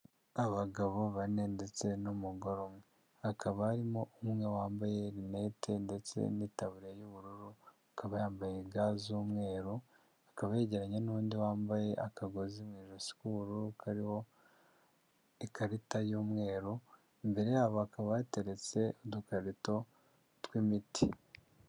Abagabo bane ndetse n'umugore umwe hakaba harimo umwe wambaye rinete ndetse n'itaburiya y'ubururu akaba yambaye ga z'umweru akaba yegeranye n'undi wambaye akagozi mu ijosi k'ubururu kariho ikarita y'umweru, imbere yabo akaba yateretse udukarito tw'imiti.